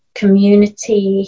community